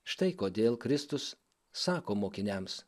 štai kodėl kristus sako mokiniams